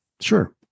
Sure